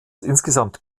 insgesamt